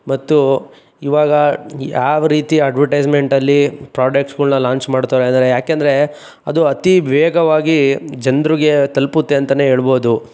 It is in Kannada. ಮತ್ತು ಇವಾಗ ಯಾವ ರೀತಿ ಅಡ್ವಟೈಸ್ಮೆಂಟಲ್ಲಿ ಪ್ರೋಡಕ್ಟ್ಸ್ಗಳ್ನ ಲಾಂಚ್ ಮಾಡ್ತಾವ್ರೆ ಅಂದರೆ ಯಾಕೆಂದರೆ ಅದು ಅತೀ ವೇಗವಾಗಿ ಜನ್ರಿಗೆ ತಲುಪುತ್ತೆ ಅಂತಲೇ ಹೇಳ್ಬೋದು